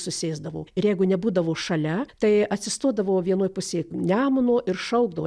susėsdavo ir jeigu nebūdavo šalia tai atsistodavo vienoj pusėj nemuno ir šaukdavo